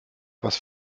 was